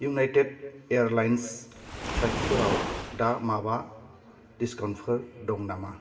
United Airlines फ्लाइटफोराव दा माबा दिसकाउन्टफोर दं नामा